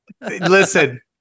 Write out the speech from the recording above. listen